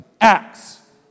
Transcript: Acts